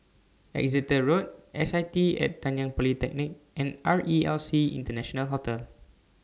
Exeter Road S I T Nanyang Polytechnic and R E L C International Hotel